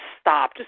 stop